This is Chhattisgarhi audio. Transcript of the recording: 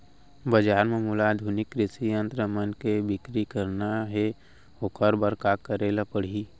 बजार म मोला आधुनिक कृषि यंत्र मन के बिक्री करना हे ओखर बर का करे ल पड़ही?